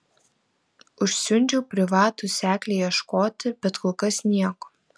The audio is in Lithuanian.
užsiundžiau privatų seklį ieškoti bet kol kas nieko